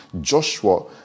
Joshua